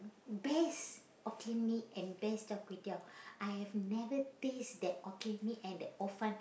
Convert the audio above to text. best Hokkien-Mee and best char-kway-teow I have never taste that Hokkien-Mee and the hor fun